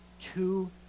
two